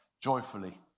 joyfully